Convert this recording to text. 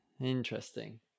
Interesting